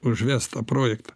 užvest tą projektą